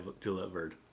delivered